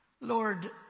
Lord